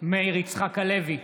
מאיר יצחק הלוי,